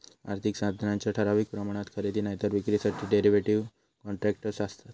आर्थिक साधनांच्या ठराविक प्रमाणात खरेदी नायतर विक्रीसाठी डेरीव्हेटिव कॉन्ट्रॅक्टस् आसत